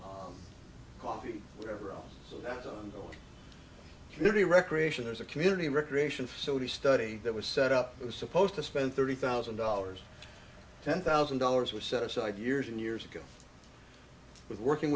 in coffee wherever else so that's on the community recreation is a community recreation facilities study that was set up it was supposed to spend thirty thousand dollars ten thousand dollars were set aside years and years ago with working